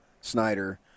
Snyder